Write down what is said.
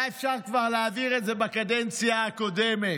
היה אפשר כבר להעביר את זה בקדנציה הקודמת.